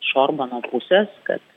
iš orbano pusės kad